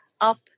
up